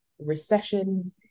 recession